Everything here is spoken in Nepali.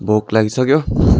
भोक लागिसक्यो